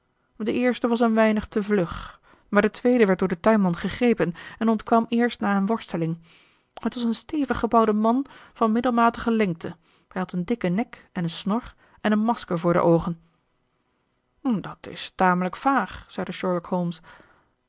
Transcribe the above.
de eerste was een weinig te vlug maar de tweede werd door den tuinman gegrepen en ontkwam eerst na een worsteling het was een stevig gebouwde man van middelmatige lengte hij had een dikken nek en snor en een masker voor de oogen dat is tamelijk vaag zeide